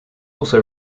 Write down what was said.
also